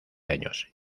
años